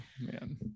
Man